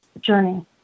journey